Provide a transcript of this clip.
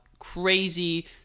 crazy